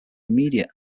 immediate